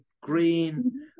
green